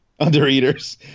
Undereaters